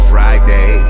Friday